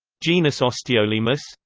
genus osteolaemus